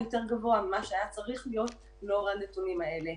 יותר גבוה ממה שהיה צריך להיות לאור הנתונים האלה.